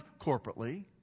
corporately